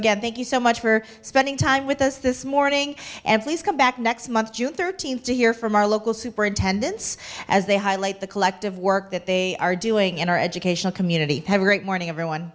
again thank you so much for spending time with us this morning and please come back next month june thirteenth to hear from our local superintendents as they highlight the collective work that they are doing in our educational community have a great morning everyone